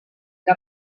que